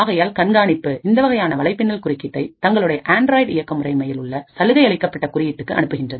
ஆகையால் கண்காணிப்புஇந்த வகையான வலைப்பின்னல் குறுக்கீட்டைதங்களுடைய அண்ட்ராய்டு இயக்க முறைமையில் உள்ள சலுகை அளிக்கப்பட்ட குறியீட்டுக்கு அனுப்புகின்றது